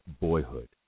Boyhood